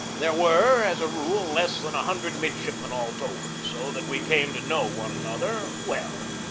there were, as a rule, less than a hundred midshipmen all told so that we came to know one another well.